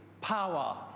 power